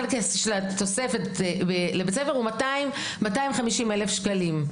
החלק של התוספת לבית הספר הוא 250,000 שקלים.